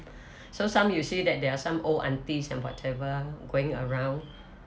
so some you see that there are some old aunties and whatever going around